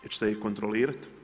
Hoćete ih kontrolirati?